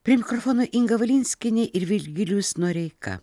prie mikrofono inga valinskienė ir virgilijus noreika